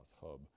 hub